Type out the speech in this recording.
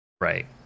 right